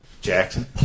Jackson